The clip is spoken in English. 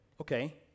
Okay